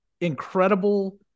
incredible